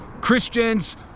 Christians